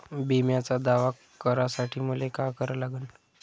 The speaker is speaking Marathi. बिम्याचा दावा करा साठी मले का करा लागन?